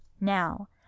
Now